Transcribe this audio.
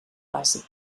bàsic